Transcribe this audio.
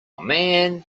man